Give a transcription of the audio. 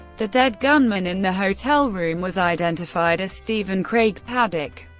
the dead gunman in the hotel room was identified as stephen craig paddock,